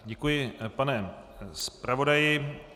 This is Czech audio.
Děkuji, pane zpravodaji.